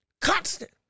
Constant